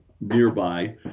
nearby